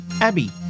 Abby